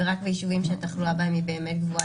ורק ביישובים שהתחלואה בהם היא באמת גבוהה,